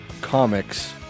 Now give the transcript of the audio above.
Comics